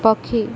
ପକ୍ଷୀ